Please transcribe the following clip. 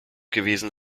gewesen